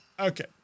Okay